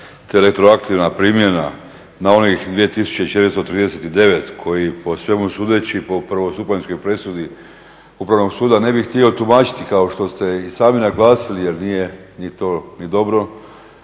te retroaktivna primjena na onih 2439 koji po svemu sudeći po prvostupanjskoj presudi upravnog suda ne bih htio tumačiti kao što ste i sami naglasili jer nije ni to ni dobro